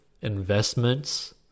investments